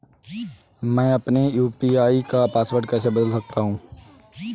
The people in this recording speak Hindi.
मैं अपने यू.पी.आई का पासवर्ड कैसे बदल सकता हूँ?